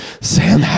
Sam